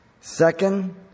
Second